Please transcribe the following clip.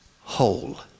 whole